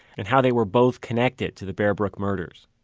and how they were both connected to the bear brook murders